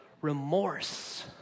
remorse